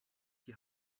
die